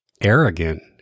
arrogant